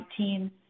2019